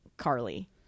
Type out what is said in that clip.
Carly